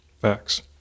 Facts